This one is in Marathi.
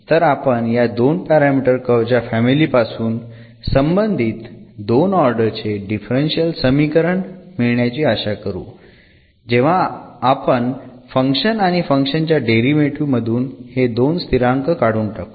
तर आपण या 2 पॅरामीटर कर्व च्या फॅमिली पासून संबंधित 2 ऑर्डर चे डिफरन्शियल समीकरण मिळण्याची आशा करु जेव्हा आपण फंक्शन आणि फंक्शन च्या डेरिव्हेटीव्ह मधून हि दोन स्थिरांक काढून टाकू